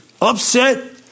upset